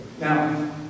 Now